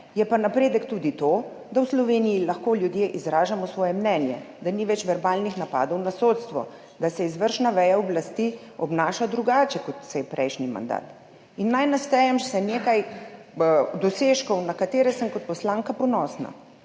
je pa napredek tudi to, da v Sloveniji lahko ljudje izražamo svoje mnenje, da ni več verbalnih napadov na sodstvo, da se izvršna veja oblasti obnaša drugače, kot se je prejšnji mandat. Naj naštejem še nekaj dosežkov, na katere sem kot poslanka ponosna.